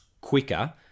quicker